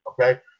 Okay